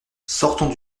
sortons